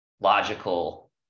logical